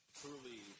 truly